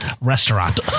restaurant